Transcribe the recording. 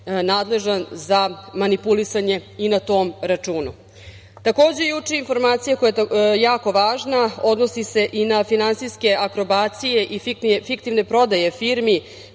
nadležan za manipulisanje i na tom računu. Takođe, juče informacija koja je jako važna, odnosi se i na finansijske akrobacije i fiktivne prodaje firmi